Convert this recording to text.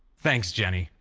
thanks, jenny.